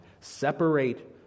separate